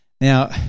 Now